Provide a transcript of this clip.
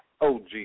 OG